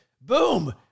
boom